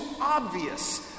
obvious